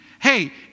Hey